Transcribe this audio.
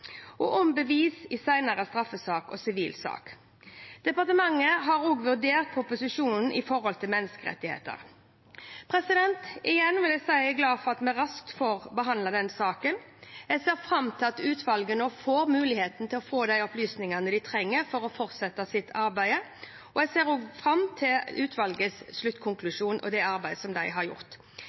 og forbud mot bruk av opplysninger som bevis i senere straffesak og sivil sak. Departementet har også vurdert proposisjonens forhold til menneskerettighetene. Igjen vil jeg si at jeg er glad for at vi raskt får behandlet denne saken. Jeg ser fram til at utvalget nå får muligheten til å få de opplysningene de trenger for å fortsette sitt arbeid. Jeg ser også fram til utvalgets sluttkonklusjon og det arbeidet de har gjort.